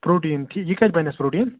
protein ٹھیٖک یہِ کَتہِ بَنہِ اَسہِ پرٛوٹیٖن